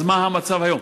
אז מה המצב היום?